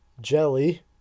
jelly